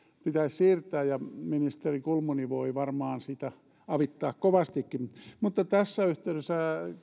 siirtää ja ministeri kulmuni voi varmaan sitä avittaa kovastikin tässä yhteydessä